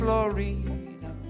Lorena